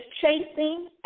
chasing